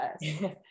Yes